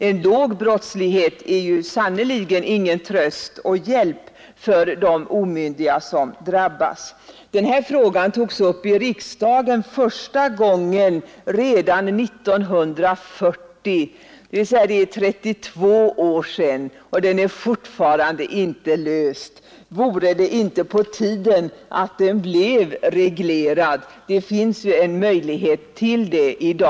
En låg brottslighet är sannerligen ingen tröst och hjälp för de omyndiga som drabbas. Denna fråga togs upp i riksdagen första gången redan 1940, dvs. för 32 — Nr 81 år sedan, och den är fortfarande inte löst. Vore det inte på tiden att den Torsdagen den blev reglerad? Det finns en möjlighet till det i dag.